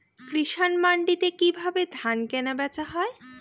কৃষান মান্ডিতে কি ভাবে ধান কেনাবেচা হয়?